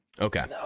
okay